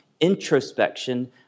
introspection